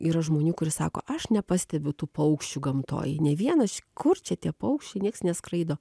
yra žmonių kurie sako aš nepastebiu tų paukščių gamtoj nė vienas kur čia tie paukščiai nieks neskraido